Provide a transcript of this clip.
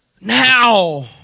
Now